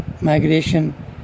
migration